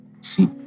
See